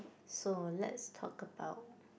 so lets talk about